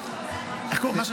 חבר הכנסת בוסקילה, איך קוראים לו?